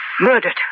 Murdered